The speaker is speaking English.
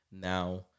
now